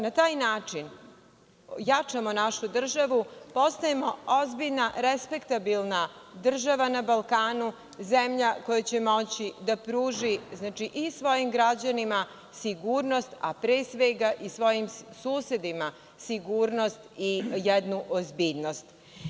Na taj način jačamo našu državu, postajemo ozbiljna respektabilna država na Balkanu, zemlja koja će moći da pruži svojim građanima sigurnost, a pre svega i svojim susedima sigurnost i jednu ozbiljnost.